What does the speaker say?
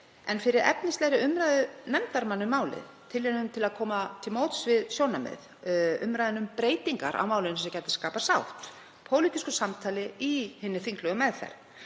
en fyrir efnislegri umræðu nefndarmanna um málið, tilraunum til að koma til móts við sjónarmið, umræðu um breytingar á málinu sem gætu skapað sátt, pólitísku samtali í hinni þinglegu meðferð.